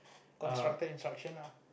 construct the instruction